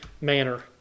manner